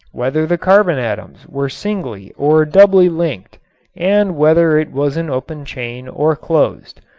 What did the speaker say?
whether the carbon atoms were singly or doubly linked and whether it was an open chain or closed.